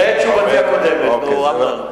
ראה תשובתי הקודמת, נו, אמנון.